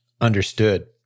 understood